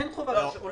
אין חובת אישור.